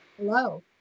Hello